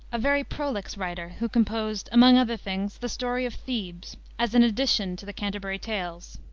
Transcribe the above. a very prolix writer, who composed, among other things, the story of thebes, as an addition to the canterbury tales.